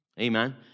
Amen